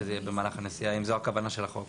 שזה יהיה במהלך הנסיעה אם זאת הכוונה של החוק.